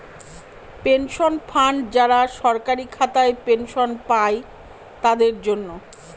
pension fund যারা সরকারি খাতায় পেনশন পাই তাদের জন্য